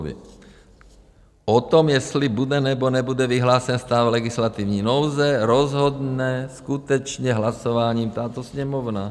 O tom, jestli bude, nebo nebude vyhlášen stav legislativní nouze, rozhodne skutečně hlasováním tato Sněmovna.